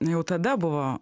jau tada buvo